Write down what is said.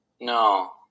No